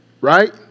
right